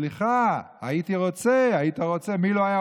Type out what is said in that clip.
סליחה, הייתי רוצה, היית רוצה.